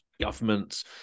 governments